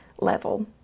level